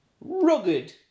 Rugged